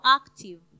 active